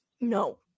No